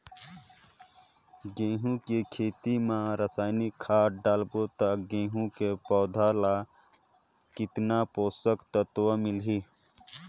गंहू के खेती मां रसायनिक खाद डालबो ता गंहू के पौधा ला कितन पोषक तत्व मिलही?